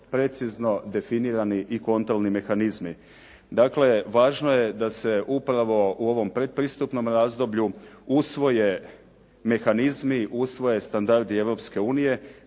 precizno definirani i kontrolni mehanizmi. Dakle važno je da se upravo u ovom predpristupnom razdoblju usvoje mehanizmi, usvoje standardi